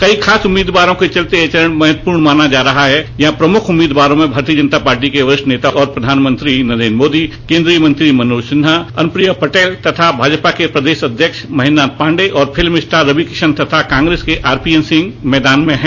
कई खास उम्मीदवारों के चलते यह चरण बहुत महत्वपूर्ण माना जा रहा हैं यहां प्रमुख उम्मीदवारों में भारतीय जनता पार्टी के वरिष्ठ नेता और प्रधानमंत्री नरेन्द्र मोदी केन्द्रीय मंत्री मनोज सिन्हा अनुप्रिया पटेल तथा भाजपा के प्रदेश अध्यक्ष महेन्दनाथ पाण्डेय और फिल्म स्टार रवि किशन तथा कांग्रेस के आरपीएन सिंह मैदान में हैं